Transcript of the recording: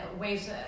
ways